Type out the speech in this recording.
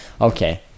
Okay